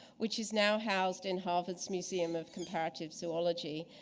which is now housed in harvard's museum of comparative zoology.